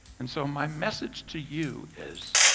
and so, my message to you is